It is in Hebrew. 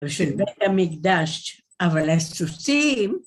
בשביל בית המקדש, אבל הסוסים.